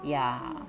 ya